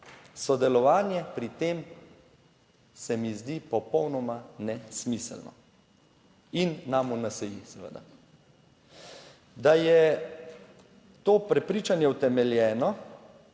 Sodelovanje pri tem se mi zdi popolnoma nesmiselno in nam v NSi. Seveda da je to prepričanje utemeljeno,